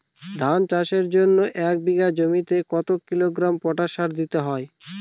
ধান চাষের জন্য এক বিঘা জমিতে কতো কিলোগ্রাম পটাশ সার দিতে হয়?